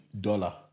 dollar